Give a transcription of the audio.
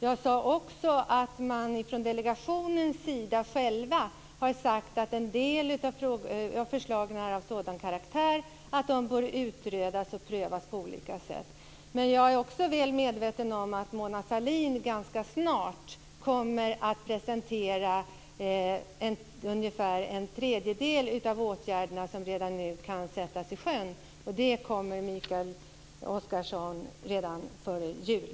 Jag sade att man från delegationens sida själv har sagt att en del av förslagen är av sådan karaktär att de bör utredas och prövas på olika sätt. Men jag är också väl medveten om att Mona Sahlin ganska snart kommer att presentera en tredjedel av åtgärderna som redan nu kan sättas i sjön. Det kommer, Mikael Oscarsson, redan före jul.